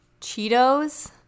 Cheetos